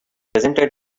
presented